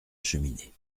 cheminée